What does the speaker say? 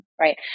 right